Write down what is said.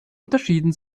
unterschieden